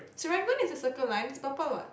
Serangoon is a Circle Line it's purple what